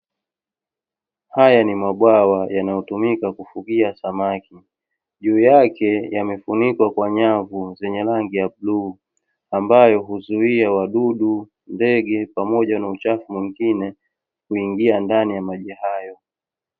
Haya ni mabwawa yanayotumika kufugia samaki. Juu yake yamefunikwa kwa nyavu zenye rangi ya buluu ambayo huuzuia wadudu, ndege pamoja na uchafu mwingine kuingia ndani ya maji hayo.